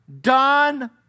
done